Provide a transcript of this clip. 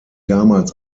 damals